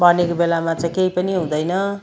भनेको बेलामा चाहिँ केही पनि हुँदैन